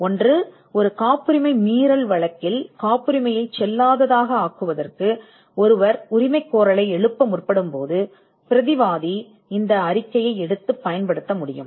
ஒன்று காப்புரிமை மீறல் வழக்கில் ஒரு பிரதிவாதியால் அதை உருவாக்க முடியும் காப்புரிமையை செல்லாததாக்குவதற்கு பிரதிவாதி ஒரு உரிமைகோரலை எழுப்ப விரும்புகிறார்